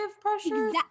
pressure